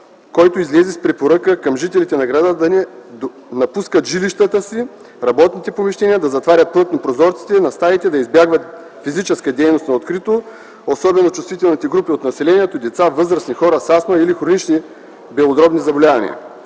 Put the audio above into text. който излезе с препоръка към жителите на града да не напускат жилищата си, работните помещения, да затварят плътно прозорците на стаите, да избягват физическа дейност на открито, особено чувствителните групи от населението – деца, възрастни хора с астма или хронични белодробни заболявания.